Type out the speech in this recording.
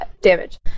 damage